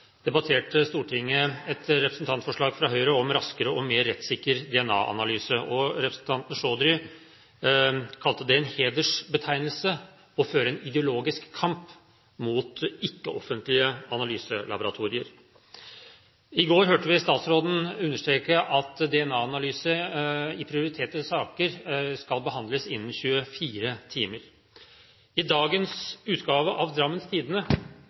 debatterte Stortinget et representantforslag fra Høyre om raskere og mer rettssikker DNA-analyse. Representanten Chaudhry tok det som en «hedersbetegnelse» å føre en ideologisk kamp mot ikke-offentlige analyselaboratorier. I går hørte vi statsråden understreke at DNA-analyse i prioriterte saker skal behandles innen 24 timer. I dagens utgave av Drammens Tidende,